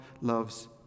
loves